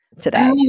today